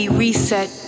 reset